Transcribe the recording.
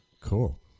Cool